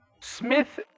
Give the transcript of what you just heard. Smith